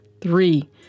Three